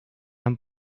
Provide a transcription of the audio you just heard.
dan